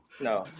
no